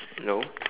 no